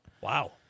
Wow